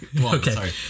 Okay